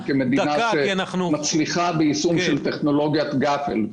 כמדינה שמצליחה ביישום של טכנולוגית גאפל,